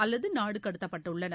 அல்லது நாடு கடத்தப்பட்டுள்ளனர்